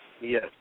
Yes